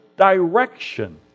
direction